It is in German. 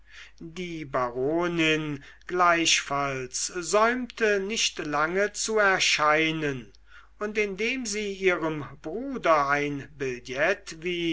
die baronin gleichfalls säumte nicht lange zu erscheinen und indem sie ihrem bruder ein billet